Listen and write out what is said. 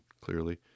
clearly